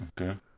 okay